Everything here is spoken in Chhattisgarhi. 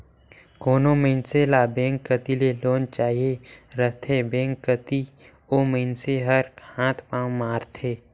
कोनो मइनसे ल बेंक कती ले लोन चाहिए रहथे बेंक कती ओ मइनसे हर हाथ पांव मारथे